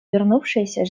вернувшаяся